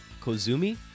Kozumi